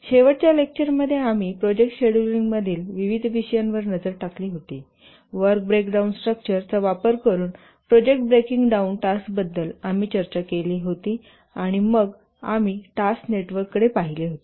शेवटच्या लेक्चरमध्ये आम्ही प्रोजेक्ट शेड्यूलिंगतील विविध विषयांवर नजर टाकली होती वर्क ब्रेक डाउन स्ट्रक्चर चा वापर करून प्रोजेक्ट ब्रेकिंग डाउन टास्कबद्दल आम्ही चर्चा केली होती आणि मग आम्ही टास्क नेटवर्क कडे पाहिले होते